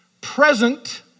present